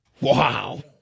Wow